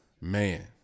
Man